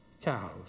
cows